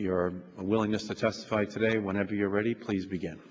your willingness to testify today whenever you're ready please beg